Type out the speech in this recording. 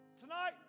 Tonight